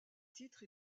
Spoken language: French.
titres